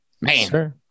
Man